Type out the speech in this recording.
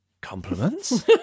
Compliments